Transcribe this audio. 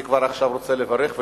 אני כבר עכשיו רוצה לברך,